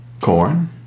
corn